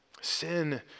Sin